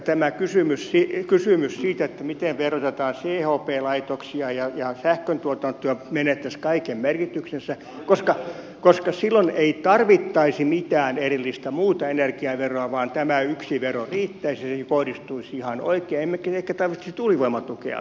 tämä kysymys siitä miten verotetaan chp laitoksia ja sähköntuotantoa menettäisi kaiken merkityksensä koska silloin ei tarvittaisi mitään erillistä muuta energiaveroa vaan tämä yksi vero riittäisi ja se kohdistuisi ihan oikein emmekä ehkä tarvitsisi tuulivoimatukeakaan